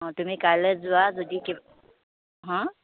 অ' তুমি কাইলৈ যোৱা যদি কি হা